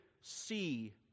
see